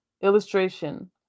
illustration